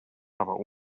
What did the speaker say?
aber